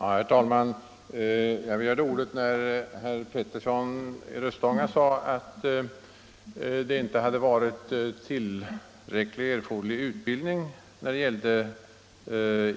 Herr talman! Jag begärde ordet när herr Petersson i Röstånga sade att det inte hade ordnats erforderlig utbildning vid